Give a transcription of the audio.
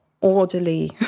orderly